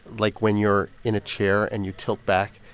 like when you're in a chair, and you tilt back,